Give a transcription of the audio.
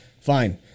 fine